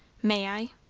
may i?